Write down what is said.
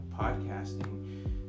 podcasting